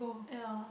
yeah